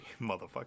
motherfucker